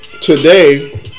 today